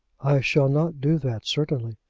shall not do that, certainly.